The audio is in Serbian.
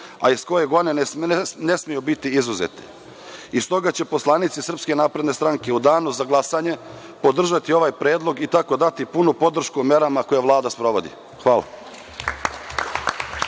a iz kojeg ona ne smeju biti izuzete i stoga će poslanici SNS u danu za glasanje podržati ovaj predlog i tako dati punu podršku merama koje Vlada sprovodi. Hvala.